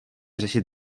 řešit